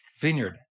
vineyard